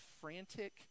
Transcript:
frantic